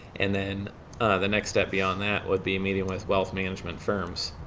and then the next step beyond that would be meeting with wealth management firms.